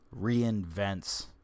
reinvents